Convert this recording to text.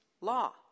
law